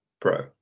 Pro